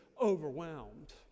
overwhelmed